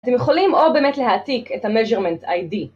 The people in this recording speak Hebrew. אתם יכולים או באמת להעתיק את המז'רמנט איי-די.